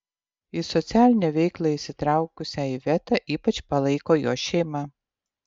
į socialinę veiklą įsitraukusią ivetą ypač palaiko jos šeima